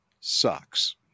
sucks